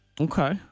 Okay